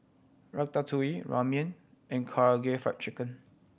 Ratatouille Ramen and Karaage Fried Chicken